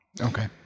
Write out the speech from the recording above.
Okay